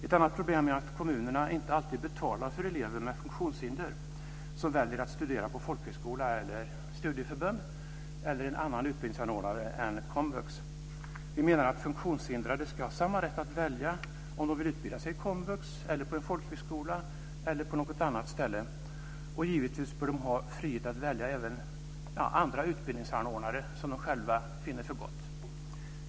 Ett annat problem är att kommunerna inte alltid betalar för elever med funktionshinder som väljer att studera på folkhögskola, i studieförbund eller hos annan utbildningsanordnare än komvux. Vi menar att funktionshindrade ska ha samma rätt att välja om de vill utbilda sig i komvux, på en folkhögskola eller på något annat ställe. Och givetvis bör de ha frihet att välja även andra utbildningsanordnare som de själva finner för gott.